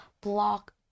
block